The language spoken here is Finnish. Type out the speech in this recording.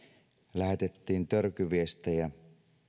lähetettiin törkyviestejä